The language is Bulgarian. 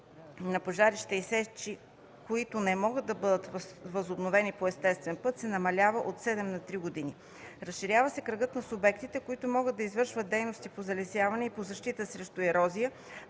на пожарища и сечища, които не могат да бъдат възобновени по естествен път, се намалява от седем на три години. Разширява се кръгът на субектите, които могат да извършват дейности по залесяване и по защита срещу ерозия